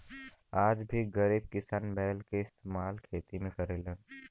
आज भी गरीब किसान बैल के इस्तेमाल खेती में करलन